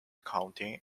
county